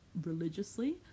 religiously